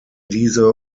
diese